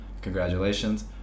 congratulations